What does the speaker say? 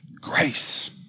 Grace